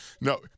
no